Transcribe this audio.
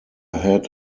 had